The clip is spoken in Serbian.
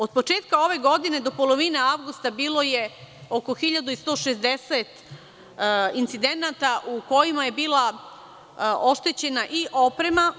Od početka ove godine do polovine avgusta bilo je oko 1160 incidenata u kojima je bila oštećena i oprema.